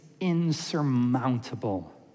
insurmountable